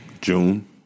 June